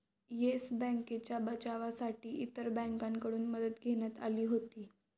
yes बँकेच्या बचावासाठी इतर बँकांकडून मदत घेण्यात आली होती